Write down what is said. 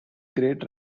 great